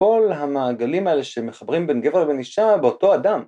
‫כל המעגלים האלה שמחברים ‫בין גבר לבין אישה באותו אדם.